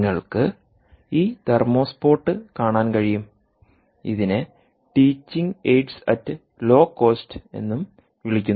നിങ്ങൾക്ക് ഈ thermo spot കാണാൻ കഴിയും ഇതിനെ teaching aids at low cost എന്നും വിളിക്കുന്നു